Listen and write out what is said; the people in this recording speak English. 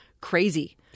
crazy